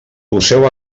poseu